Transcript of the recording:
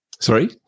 Sorry